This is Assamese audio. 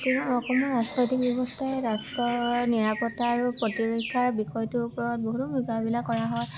অসমৰ ব্যৱস্থাই ৰাষ্ট্ৰৰ নিৰাপত্তা আৰু প্ৰতিৰক্ষাৰ বিষয়টোৰ ওপৰত বহুতো মকামিলা কৰা হয়